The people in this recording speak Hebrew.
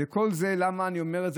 וכל זה, למה אני אומר את זה?